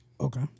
Okay